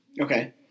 Okay